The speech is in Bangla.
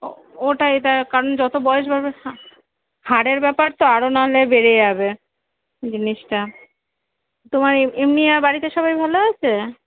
ওটাই এটা কারন যতো বয়স বাড়বে হাড়ের ব্যাপার তো আরো নাহলে বেড়ে যাবে জিনিসটা তোমার এমনি আর বাড়িতে সবাই ভালো আছে